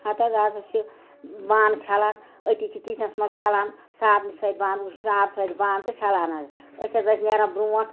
حَتہِ حظ آز حظ چھُ بانہٕ چھلان أتی چھِ کِچنس منٛز چھلان صابنہِ سۭتۍ بانہٕ وٕشرِ آبہٕ سۭتۍ بانہٕ تہٕ چھلان حظ أسۍ حظ ٲسۍ نیران برونٹھ